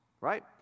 right